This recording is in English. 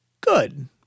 good